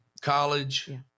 college